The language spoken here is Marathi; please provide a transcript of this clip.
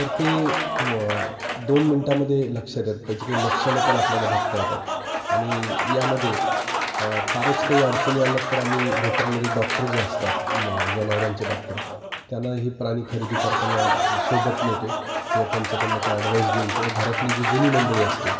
तर ते मग दोन मिनटामध्ये लक्षात येतं त्याची काही लक्षणं पण आपल्याला बघता येतात आणि यामध्ये फारच काही अडचणी आल्या तर आम्ही व्हेटरनरी डॉक्टर जे असतात मग जनावरांचे डॉक्टर त्यांना हे प्राणी खरेदी करताना सोबत नेतो किंवा त्यांच्याकडून काय ॲडवाईस घेऊन किंवा घरातली जी जुनी मंडळी असते